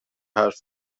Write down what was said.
حرف